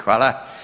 Hvala.